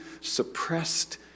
suppressed